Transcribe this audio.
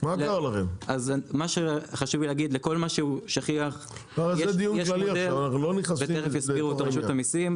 כלומר למה ששכיח יש הסדר ותכף יסבירו אותו ביטוח לאומי,